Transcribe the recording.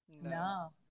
No